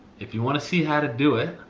if you wanna see how to do it,